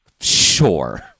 Sure